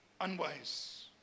unwise